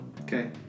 Okay